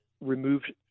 removed